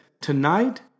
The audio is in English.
Tonight